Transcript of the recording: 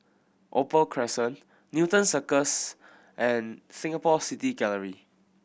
Opal Crescent Newton Cirus and Singapore City Gallery